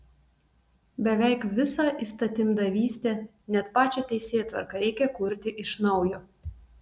beveik visą įstatymdavystę net pačią teisėtvarką reikia kurti iš naujo